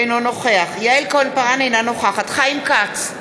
אינו נוכח יעל כהן-פארן, אינה נוכחת חיים כץ,